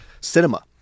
cinema